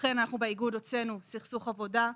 אכן אנחנו באיגוד הוצאנו סכסוך עבודה,